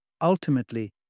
Ultimately